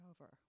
over